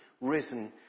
risen